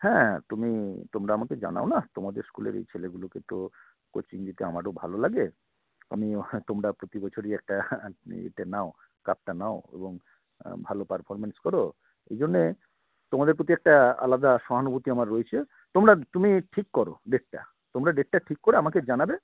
হ্যাঁ তুমি তোমরা আমাকে জানাও না তোমাদের স্কুলের এই ছেলেগুলোকে তো কোচিং দিতে আমারও ভালো লাগে আমিও তোমরা প্রতি বছরই একটা এটা নাও কাপটা নাও এবং ভালো পারফরমেন্স করো এই জন্যে তোমাদের প্রতি একটা আলাদা সহানুভূতি আমার রয়েছে তোমরা তুমি ঠিক করো ডেটটা তোমরা ডেটটা ঠিক করে আমাকে জানাবে